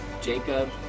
Jacob